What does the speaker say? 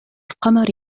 القمر